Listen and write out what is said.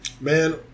Man